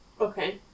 Okay